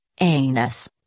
anus